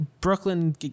Brooklyn